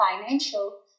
financial